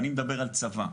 אני מדבר על צבא.